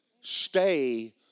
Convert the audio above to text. Stay